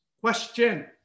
Question